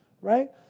right